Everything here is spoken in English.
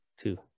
two